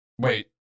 Wait